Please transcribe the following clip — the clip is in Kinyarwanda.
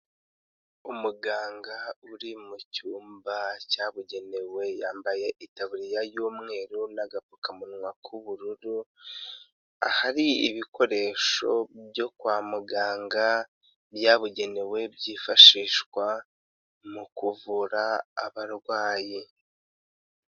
Umuganga uri mu cyumba cyabugenewe, yambaye itaburiya y'umweru n'agapfukamunwa k'ubururu, ahari ibikoresho byo kwa muganga byabugenewe byifashishwa mu kuvura abarwayi.